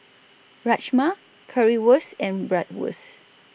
Rajma Currywurst and Bratwurst